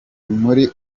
muri